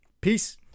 peace